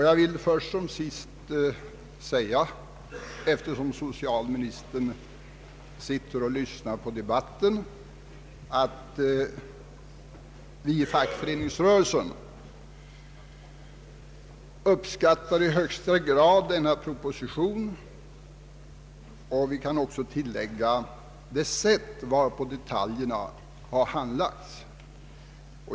Jag vill först som sist säga, eftersom socialministern sitter och lyssnar på debatten, att vi i fackföreningsrörelsen i högsta grad uppskattar propositionen och, kan jag tillägga, det sätt varpå detaljerna har handlagts.